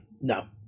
No